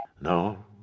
no